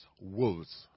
wolves